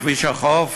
בכביש החוף?